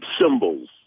symbols